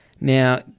Now